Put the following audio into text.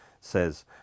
says